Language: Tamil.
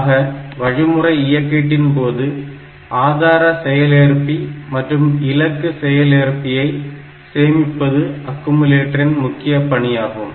ஆக வழிமுறை இயக்கீட்டின்போது ஆதார செயல்ஏற்பி மற்றும் இலக்கு செயல்ஏற்பியை செமிப்பது அக்குமுலேட்டரின் முக்கிய பணியாகும்